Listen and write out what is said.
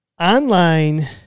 online